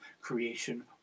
creation